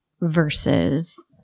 versus